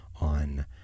on